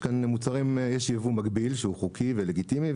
יש ייבוא מקביל שהוא חוקי ולגיטימי,